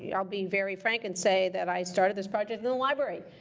yeah i'll be very frank and say that i started this project in the library.